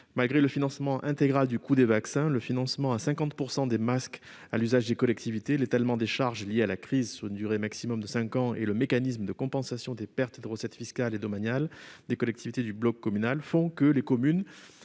Malgré le financement intégral du coût des vaccins, le financement à 50 % des masques à l'usage des collectivités, l'étalement des charges liées à la crise sur une durée maximum de cinq ans et le mécanisme de compensation des pertes de recettes fiscales et domaniales des collectivités du bloc communal, les communes